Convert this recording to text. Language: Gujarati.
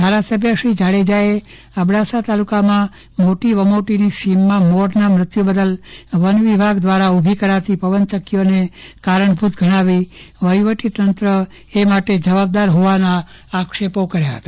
ધારાસભ્યશ્રી જાડેજાએ અબડાસા તાલુકાના મોટી વમોટીની સીમમાં મોરના મૃત્યુ બદલ વનવિભાગ દ્વારા ઉભી કરાતી પવનચક્કીઓને કારણેભૂત ગણાવી વહીવટી તંત્ર એ માટે જવાબદાર હોવાના આક્ષેપો કર્યા હતા